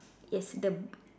yes the